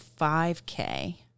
5k